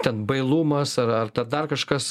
ten bailumas ar ar dar kažkas